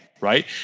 right